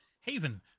Haven